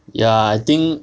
ya I think